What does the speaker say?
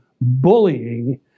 bullying